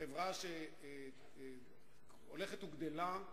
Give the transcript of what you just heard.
חברה שהולכת וגדלה,